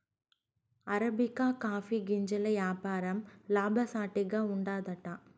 arabica coffee గింజల యాపారం లాభసాటిగా ఉండాదట